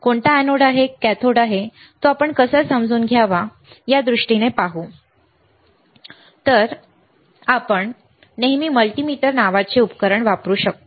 कोणता एनोड आहे कॅथोड आहे तो आपण कसा समजून घ्यावा या दृष्टीने पाहू कोणता एनोड आहे कॅथोड आहे PN जंक्शन डायोड आहे की नाही हे आपण नेहमी मल्टीमीटर नावाचे उपकरण वापरू शकतो